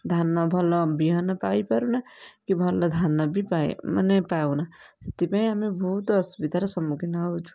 ଧାନ ଭଲ ବିହନ ପାଇପାରୁନା କି ଭଲ ଧାନ ବି ପାଇ ମାନେ ପାଉନା ସେଥିପାଇଁ ଆମେ ବହୁତ ଅସୁବିଧାର ସମୁଖୀନ ହଉଛୁ